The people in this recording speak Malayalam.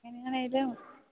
എങ്ങനെയിതു